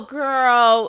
girl